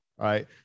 right